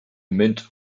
mint